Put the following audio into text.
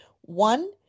One